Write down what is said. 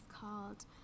called